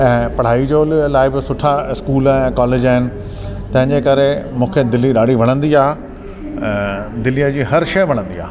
ऐं पढ़ाई जो ल लाइ बि सुठा इस्कूल ऐं कॉलेज आहिनि तंहिंजे करे मूंखे दिल्ली ॾाढी वणंदी आहे ऐं दिल्लीअ जी हर शइ वणंदी आहे